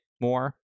more